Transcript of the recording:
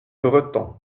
breton